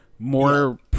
More